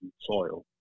soil